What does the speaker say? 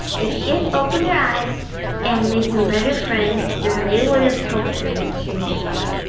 if she had opened her eyes and made some better friends, then they would have helped her when she needed them.